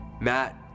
Matt